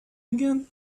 again